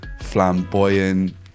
flamboyant